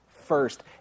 first